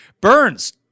Burns